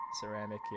ceramic